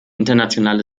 internationale